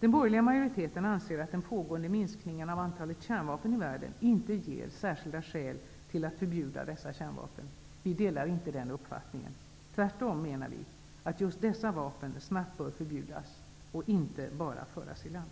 Den borgerliga majoriteten anser att den pågående minskningen av antalet kärnvapen i världen inte ger särskilda skäl till att förbjuda dessa kärnvapen. Vi delar inte den uppfattningen. Tvärtom menar vi att just dessa vapen snabbt bör förbjudas och inte bara föras i land.